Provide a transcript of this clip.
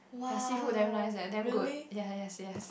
their seafood damn nice eh damn good ya yes yes